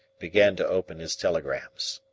began to open his telegrams.